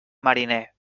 mariner